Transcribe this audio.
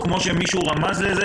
כפי שמישהו רמז כאן,